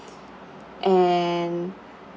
and